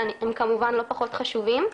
שהם כמובן לא פחות חשובים,